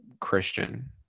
Christian